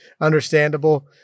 understandable